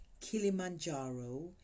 Kilimanjaro